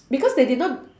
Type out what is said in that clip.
because they did not